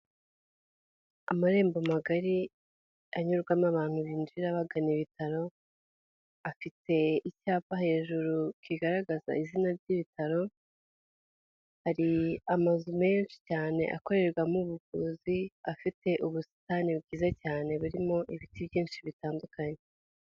Amarembo magari anyurwamo abantu binjira bagana ibitaro, afite icyapa hejuru kigaragaza izina ry'ibitaro. Hari amazu menshi cyane akorerwamo ubuvuzi afite ubusitani bwiza cyane birimo ibiti byinshi bitandukanye.